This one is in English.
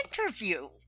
interview